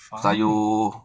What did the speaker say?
sayur